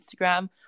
instagram